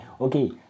Okay